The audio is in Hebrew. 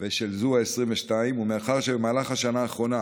ושל זו, העשרים-ושתיים, ומאחר שבמהלך השנה האחרונה